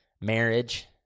marriage